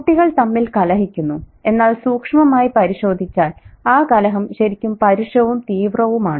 കുട്ടികൾ തമ്മിൽ കലഹിക്കുന്നു എന്നാൽ സൂക്ഷ്മമായി പരിശോധിച്ചാൽ ആ കലഹം ശരിക്കും പരുഷവും തീവ്രവുമാണ്